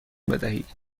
بدهید